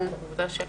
או שלא.